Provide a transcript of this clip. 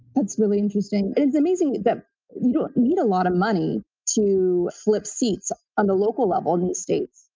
that's really interesting. it's amazing that we don't need a lot of money to flip seats on the local level in the states.